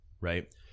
right